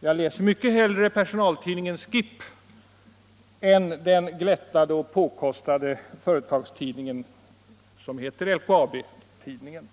Jag läser mycket hellre personaltidningen SKIP än den glättade och påkostade företagstidningen som heter LKAB-tidningen.